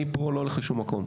אני פה, לא הולך לשום מקום.